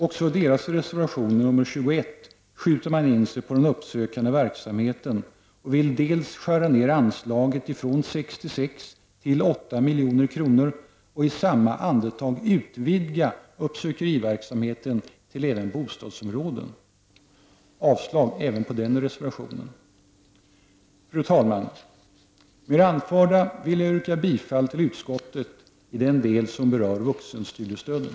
Även i deras reservation nr 21 skjuter man in sig på den uppsökande verksamheten. Man vill skära ner anslaget från 66 milj.kr. till 8 milj.kr. och i samma andetag utvidga uppsökeriverksamheten till att gälla även bostadsområden. Jag yrkar avslag på den reservationen. Fru talman! Med det anförda vill jag yrka bifall till utskottets betänkande i den del som berör vuxenstudiestöden.